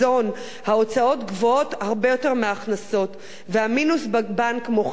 ההוצאות גבוהות הרבה יותר מההכנסות והמינוס בבנק מוכיח את זה.